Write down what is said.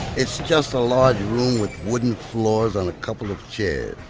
it's just a large room with wooden floors and a couple of chairs.